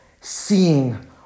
seeing